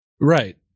Right